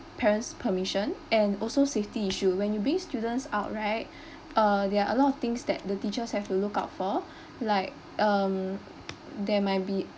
parent's permission and also safety issue when you bring students out right err there are a lot of things that the teachers have to look out for like um there might be